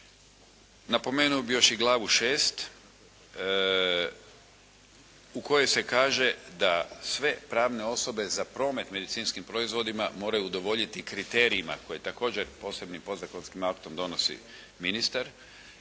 Napomenuo bih još i glavu 6 u kojoj se kaže da sve pravne osobe za promet medicinskim proizvodima moraju udovoljiti kriterijima koji također posebnim podzakonskim aktom donosi ministar